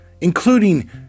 including